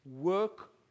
work